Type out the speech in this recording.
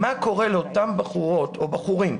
מה קורה לאותם נערות או נערים,